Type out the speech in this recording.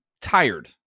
tired